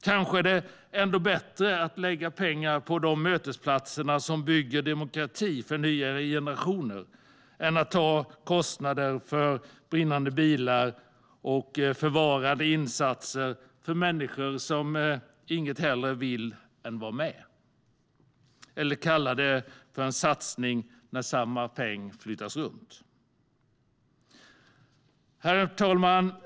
Kanske är det ändå bättre att lägga pengar på de mötesplatser som bygger demokrati för nya generationer än att ta kostnaderna för brinnande bilar och förvarande insatser för människor som inget hellre vill än att vara med. Man kallar det för en satsning när samma peng flyttas upp. Herr talman!